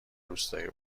روستایی